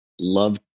love